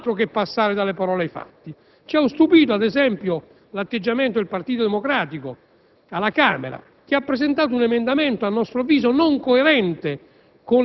altro che passare dalle parole ai fatti! Ad esempio, ci ha stupiti l'atteggiamento del Partito Democratico che alla Camera ha presentato un emendamento, a nostro avviso, non coerente